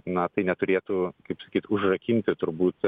na tai neturėtų kaip sakyt užrakinti turbūt